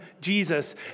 Jesus